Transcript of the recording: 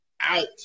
Out